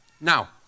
Now